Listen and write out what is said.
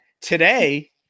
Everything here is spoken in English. today